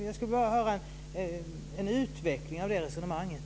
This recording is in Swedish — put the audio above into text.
Jag skulle bara vilja höra en utveckling av det resonemanget.